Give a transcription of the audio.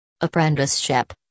Apprenticeship